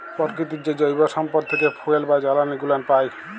পরকিতির যে জৈব সম্পদ থ্যাকে ফুয়েল বা জালালী গুলান পাই